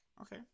Okay